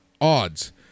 odds